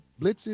blitzes